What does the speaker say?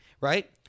right